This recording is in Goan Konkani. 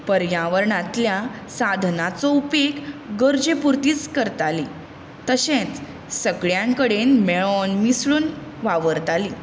पर्यावरणाच्या साधनांचो उपेग गरजे पुरतींच करतालीं तशेंच सगळ्यां कडेन मेळून मिसळून वावरतालीं